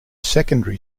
secondary